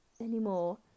anymore